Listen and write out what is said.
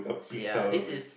ya this is